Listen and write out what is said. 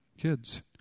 kids